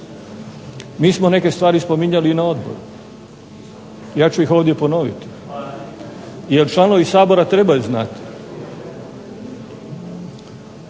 Mi smo neke stvari spominjali i na odboru. Ja ću ih ovdje ponoviti, jer članovi Sabora trebaju znati.